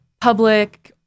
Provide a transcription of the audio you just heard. public